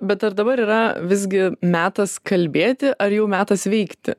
bet ar dabar yra visgi metas kalbėti ar jau metas veikti